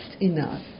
enough